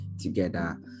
together